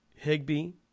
Higby